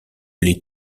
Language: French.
les